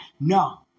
No